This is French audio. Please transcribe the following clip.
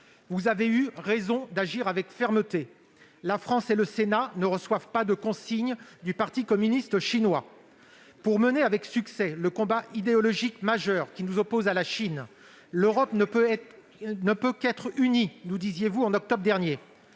Il a eu raison d'agir avec fermeté. La France et le Sénat ne reçoivent pas de consignes du parti communiste chinois. Pour mener le combat idéologique majeur qui nous oppose à la Chine, l'Europe ne peut qu'être unie, nous disiez-vous en octobre dernier.